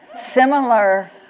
similar